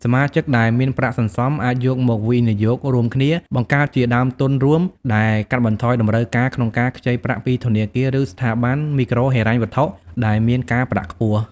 សមាជិកដែលមានប្រាក់សន្សំ អាចយកមកវិនិយោគរួមគ្នា បង្កើតជាដើមទុនរួម ដែលកាត់បន្ថយតម្រូវការក្នុងការខ្ចីប្រាក់ពីធនាគារ ឬស្ថាប័នមីក្រូហិរញ្ញវត្ថុដែលមានការប្រាក់ខ្ពស់។